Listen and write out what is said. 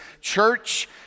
church